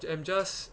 I'm just